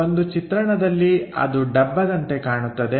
ಒಂದು ಚಿತ್ರಣದಲ್ಲಿ ಅದು ಡಬ್ಬದಂತೆ ಕಾಣುತ್ತದೆ